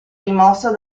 rimosso